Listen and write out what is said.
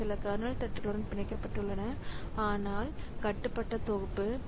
அவை சில கர்னல் த்ரெட்களுடன் பிணைக்கப்பட்டுள்ளன ஆனால் கட்டுப்பட்ட தொகுப்பு